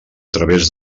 través